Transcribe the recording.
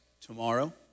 tomorrow